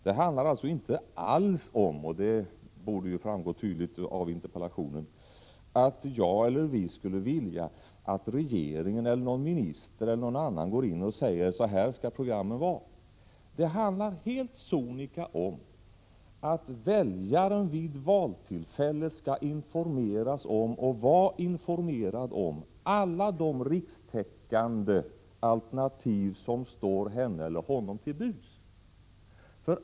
Det framgår tydligt av min interpellation att det inte är frågan om att jag, eller ni, skulle vilja att regeringen eller någon minister säger: Så här skall programmen vara utformade. Det handlar helt sonika om att väljaren vid valtillfället skall informeras om, och skall vara informerad om, alla de rikstäckande alternativ som står henne eller honom till buds.